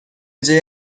جای